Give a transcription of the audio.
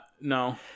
no